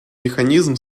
механизм